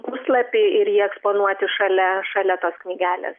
puslapį ir jį eksponuoti šalia šalia tos knygelės